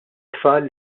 tfal